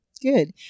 Good